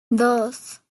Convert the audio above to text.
dos